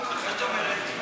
מה אכפת לך, מה זאת אומרת?